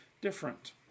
different